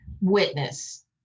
witness